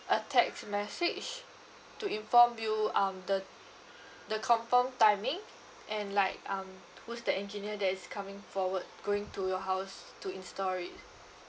a text message to inform you um the the confirm timing and like um who's the engineer that is coming forward going to your house to install it